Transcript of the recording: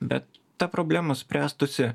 bet ta problema spręstųsi